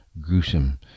gruesome